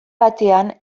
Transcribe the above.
batean